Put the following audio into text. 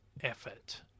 effort